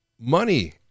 money